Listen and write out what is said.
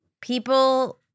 people